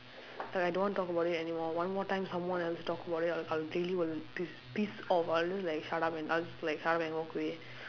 like I don't want to talk about it anymore one more time someone else talk about it I'll I'll really will piss piss off I'll just like shut up and I'll just like shut up and walk away